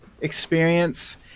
experience